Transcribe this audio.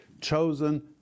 Chosen